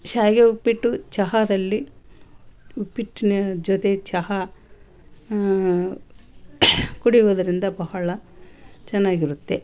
ಶಾವ್ಗೆ ಉಪ್ಪಿಟ್ಟು ಚಹಾದಲ್ಲಿ ಉಪ್ಪಿಟ್ನ ಜೊತೆ ಚಹಾ ಕುಡಿಯುವುದರಿಂದ ಬಹಳ ಚೆನ್ನಾಗಿರುತ್ತೆ